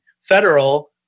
federal